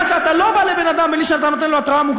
שאתה לא בא לאדם בלי שאתה נותן לו התראה.